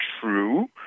true